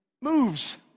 moves